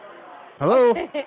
Hello